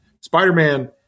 Spider-Man